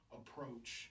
approach